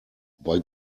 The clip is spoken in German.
bei